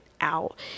Out